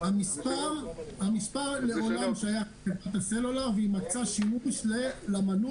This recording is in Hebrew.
המספר לעולם שייך לחברות הסלולר ויימצא שימוש למנוי.